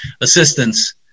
assistance